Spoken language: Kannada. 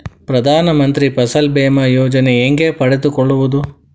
ಪ್ರಧಾನ ಮಂತ್ರಿ ಫಸಲ್ ಭೇಮಾ ಯೋಜನೆ ಹೆಂಗೆ ಪಡೆದುಕೊಳ್ಳುವುದು?